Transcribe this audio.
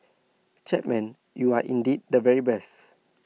Chapman you are indeed the very best